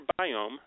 biome